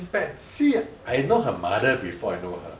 Patsy I know her mother before I know her